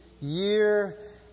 year